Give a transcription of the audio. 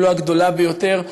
אם לא הגדולה ביותר,